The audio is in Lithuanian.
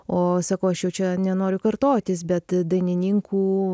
o sakau aš jau čia nenoriu kartotis bet dainininkų